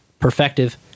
Perfective